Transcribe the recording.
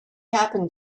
happened